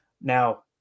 Now